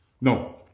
No